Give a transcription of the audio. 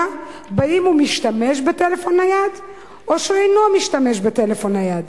בכך שהוא משתמש בטלפון נייד או שאינו משתמש בטלפון נייד.